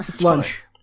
lunch